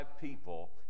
people